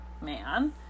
man